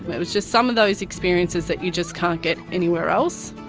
it was just some of those experiences that you just can't get anywhere else.